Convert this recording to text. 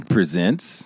Presents